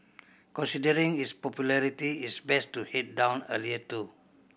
considering its popularity it's best to head down earlier too